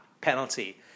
penalty